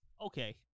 Okay